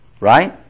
Right